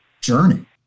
journey